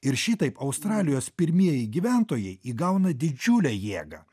ir šitaip australijos pirmieji gyventojai įgauna didžiulę jėgą